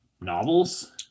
novels